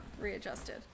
Readjusted